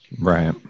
Right